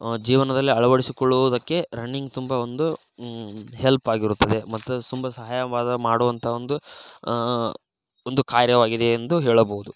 ಜೀವನದಲ್ಲಿ ಅಳವಡಿಸಿಕೊಳ್ಳುವುದಕ್ಕೆ ರಣ್ಣಿಂಗ್ ತುಂಬ ಒಂದು ಹೆಲ್ಪ್ ಆಗಿರುತ್ತದೆ ಮತ್ತು ತುಂಬ ಸಹಾಯವಾದ ಮಾಡುವಂಥ ಒಂದು ಒಂದು ಕಾರ್ಯವಾಗಿದೆ ಎಂದು ಹೇಳಬಹುದು